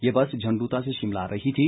ये बस झंडूता से शिमला आ रही थी